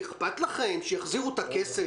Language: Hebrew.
אכפת לכם שיחזירו את הכסף?